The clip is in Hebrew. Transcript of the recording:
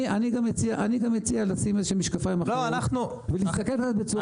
אני גם מציע לשים איזה שהם משקפיים אחרות ולהסתכל בצורה יותר שקולה.